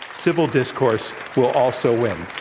civil discourse will also win.